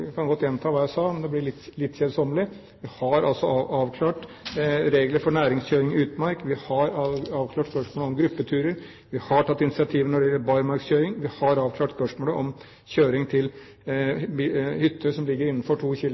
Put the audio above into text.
sa, men det blir litt kjedsommelig. Vi har altså avklart regler for næringskjøring i utmark, vi har avklart spørsmålet om gruppeturer, vi har tatt initiativ når det gjelder barmarkskjøring, vi har avklart spørsmålet om kjøring til hytter som ligger innenfor to